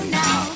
now